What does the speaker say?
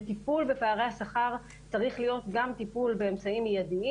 וטיפול בפערי השכר צריך להיות גם טיפול באמצעים מיידיים